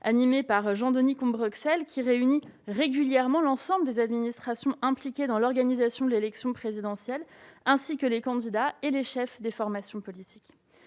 animé par Jean-Denis Combrexelle, qui réunit régulièrement les administrations impliquées dans l'organisation de l'élection présidentielle ainsi que les candidats et les chefs des formations politiques.